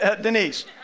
Denise